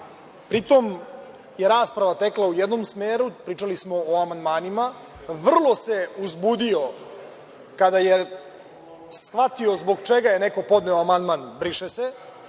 pri tome je rasprava tekla u jednom smeru i čuli smo o amandmanima. Vrlo se uzbudio kada je shvatio zbog čega je neko podneo amandman briše se